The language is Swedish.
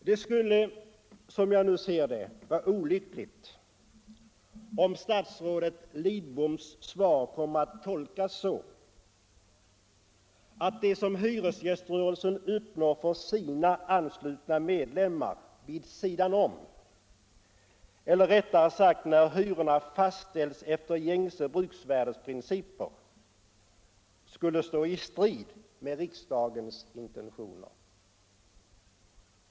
Det skulle, som jag ser det, vara olyckligt om statsrådet Lidboms svar kom att tolkas så att det som hyresgäströrelsen uppnår för sina anslutna medlemmar vid sidan om eller rättare sagt när hyrorna fastställs efter gängse bruksvärdeprinciper skulle stå i strid med riksdagens intentioner.